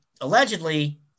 allegedly